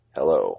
Hello